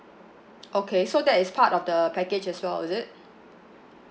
okay so that is part of the package as well is it